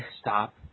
Stop